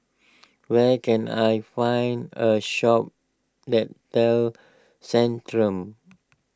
where can I find a shop that sells Centrum